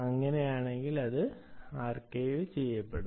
അങ്ങനെയാണെങ്കിൽ അത് ആർക്കൈവുചെയ്യപ്പെടും